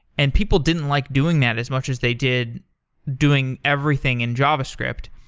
and people didn't like doing that as much as they did doing everything in javascript.